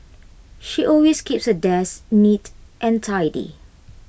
she always keeps her desk neat and tidy